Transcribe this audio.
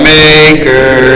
maker